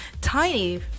tiny